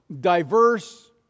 diverse